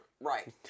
Right